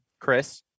Chris